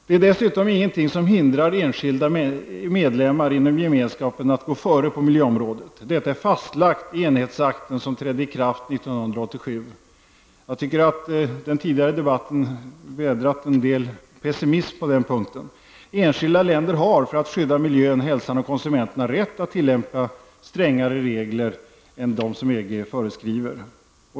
Det är dessutom ingenting som hindrar enskilda medlemmar inom gemenskapen att gå före på miljöområdet. Detta är fastlagt i enhetsakten som trädde i kraft 1987. Jag tycker att det i den tidigare debatten har vädrats en del pessimism på den punkten. Enskilda länder har -- för att skydda miljön, hälsan och konsumenterna -- rätt att tillämpa strängare regler än EG föreskriver.